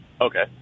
Okay